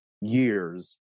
years